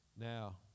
now